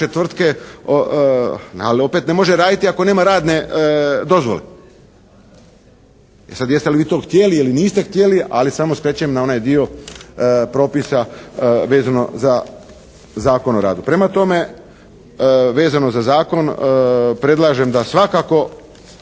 tvrtke, ali opet ne može raditi ako nema radne dozvole. E, sad jeste li vi to htjeli ili niste htjeli? Ali, samo skrećem na onaj dio propisa vezano za Zakon o radu. Prema tome, vezano za zakon predlažem da svakako